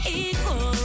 equal